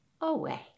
away